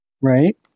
Right